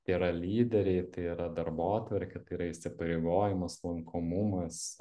tai yra lyderiai tai yra darbotvarkė tai yra įsipareigojimas lankomumas